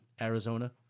Arizona